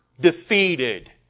defeated